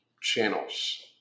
channels